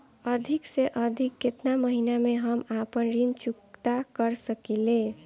अधिक से अधिक केतना महीना में हम आपन ऋण चुकता कर सकी ले?